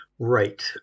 Right